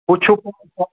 ہُہ چھُ